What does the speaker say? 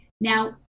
Now